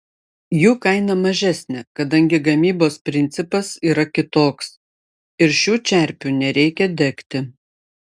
jų kaina mažesnė kadangi gamybos principas yra kitoks ir šių čerpių nereikia degti